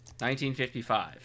1955